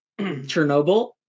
Chernobyl